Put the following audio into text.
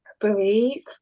believe